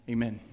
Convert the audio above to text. Amen